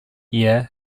year